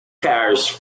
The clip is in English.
parish